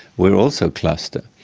we are also cluster.